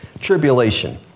tribulation